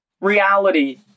reality